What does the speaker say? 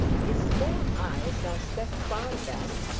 his small eyes are set far back,